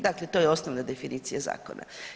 Dakle, to je osnovna definicija zakona.